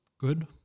good